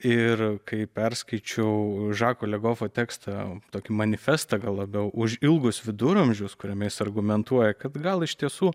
ir kai perskaičiau žako legofo tekstą tokį manifestą labiau už ilgus viduramžius kuriame jis argumentuoja kad gal iš tiesų